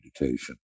meditation